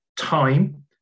time